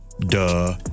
Duh